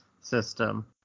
system